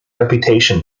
reputation